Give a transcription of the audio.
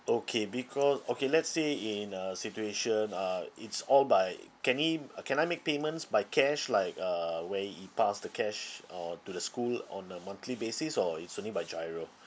okay because okay let's say in a situation uh it's all by can he uh can I make payments by cash like uh where he pass the cash or to the school on a monthly basis or it's only by GIRO